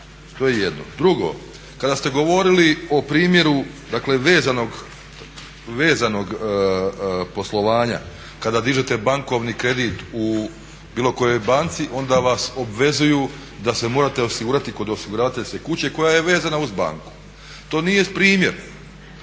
To je jedno. Drugo, kada ste govorili o primjeru vezanog poslovanja, kada dižete bankovni kredit u bilo kojoj banci onda vas obvezuju da se morate osigurati kod osiguravateljske kuće koja je vezana uz banku. To nije primjer,